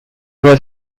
was